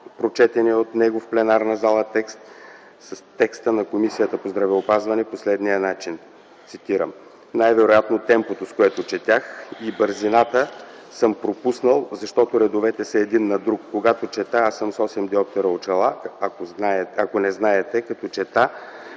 прочетения от него в пленарната зала текст с текста на Комисията по здравеопазване по следния начин, цитирам: „Най-вероятно темпото, с което четях, и в бързината съм пропуснал, защото редовете са един над друг. Когато чета – аз съм с осем диоптъра очила, ако не знаете – като чета,